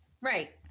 Right